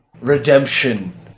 redemption